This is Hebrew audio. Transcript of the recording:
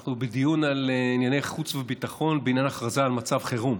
אנחנו בדיון על ענייני חוץ וביטחון בעניין הכרזה על מצב חירום,